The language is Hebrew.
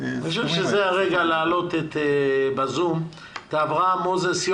אני חושב שזה הרגע להעלות בזום את אברהם מוזס,